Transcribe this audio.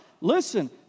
listen